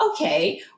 okay